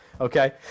Okay